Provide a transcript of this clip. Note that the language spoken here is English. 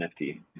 NFT